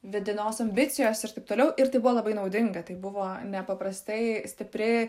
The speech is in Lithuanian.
vedinos ambicijos ir taip toliau ir tai buvo labai naudinga tai buvo nepaprastai stipri